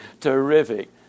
terrific